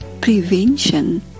prevention